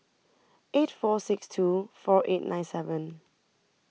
eight four six two four eight nine seven